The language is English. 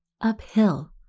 Uphill